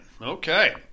Okay